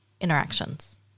interactions